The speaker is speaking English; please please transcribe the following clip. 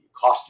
cost